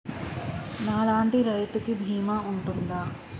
నా లాంటి రైతు కి బీమా ఉంటుందా?